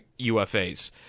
UFAs